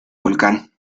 volcán